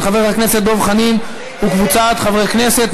של חבר הכנסת דב חנין וקבוצת חברי כנסת.